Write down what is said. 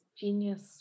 Genius